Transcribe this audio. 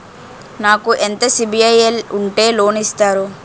నాకు ఎంత సిబిఐఎల్ ఉంటే లోన్ ఇస్తారు?